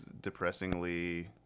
depressingly